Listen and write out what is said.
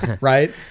Right